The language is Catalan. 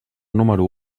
número